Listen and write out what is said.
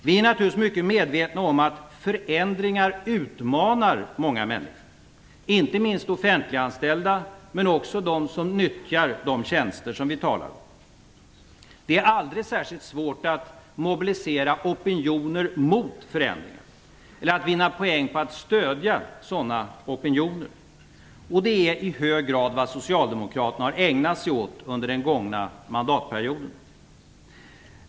Vi är naturligtvis mycket medvetna om att förändringar utmanar många människor, inte minst offentliganställda, men också dem som nyttjar de tjänster som vi talar om. Det är aldrig särskilt svårt att mobilisera opinioner mot förändringar eller att vinna poäng på att stödja sådana opinioner. Det är i hög grad vad Socialdemokraterna har ägnat sig åt under den gångna mandatperioden.